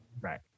Right